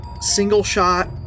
single-shot